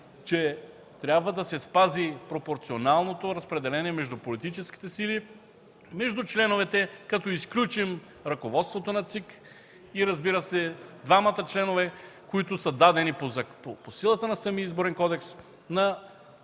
че трябва да се спази пропорционалното разпределение между политическите сили, между членовете, като изключим ръководството на ЦИК и, разбира се, двамата членове, които са дадени по силата на самия Изборен кодекс на